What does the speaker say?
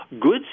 goods